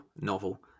novel